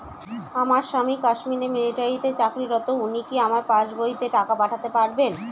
আমার স্বামী কাশ্মীরে মিলিটারিতে চাকুরিরত উনি কি আমার এই পাসবইতে টাকা পাঠাতে পারবেন?